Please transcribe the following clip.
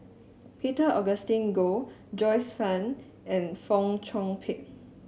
Peter Augustine Goh Joyce Fan and Fong Chong Pik